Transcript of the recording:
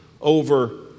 over